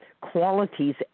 qualities